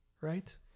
right